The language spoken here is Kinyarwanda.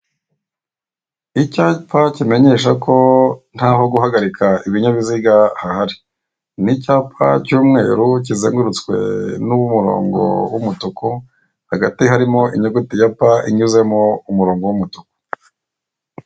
icyapa kimenyesha ko ntaho guhagarika ibinyabiziga hahari ni icyapa cy'umweru kizengurutswe n'umurongo w'umutuku hagati harimo inyuguti ya P inyuzemo umurongo w'umutuku.